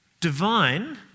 divine